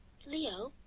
leo,